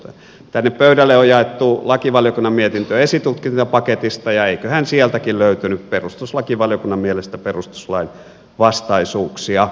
tänne pöydälle on jaettu lakivaliokunnan mietintö esitutkintapaketista ja eiköhän sieltäkin löytynyt perustuslakivaliokunnan mielestä perustuslainvastaisuuksia